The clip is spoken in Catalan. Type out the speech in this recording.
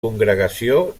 congregació